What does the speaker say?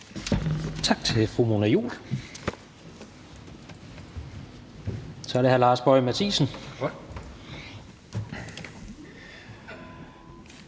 Tak til fru Mona Juul. Så er det hr. Lars Boje Mathiesen.